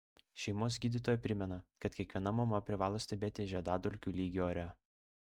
šeimos gydytoja primena kad kiekviena mama privalo stebėti žiedadulkių lygį ore